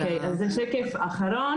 אוקיי, אז זה שקף אחרון.